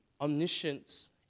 Omniscience